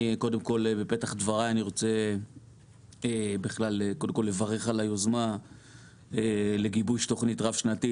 ובפתח דברי אני רוצה לברך על היוזמה לגיבוש תוכנית רב שנתית.